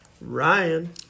Ryan